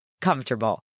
comfortable